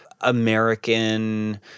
American